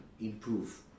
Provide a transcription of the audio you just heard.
improve